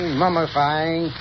mummifying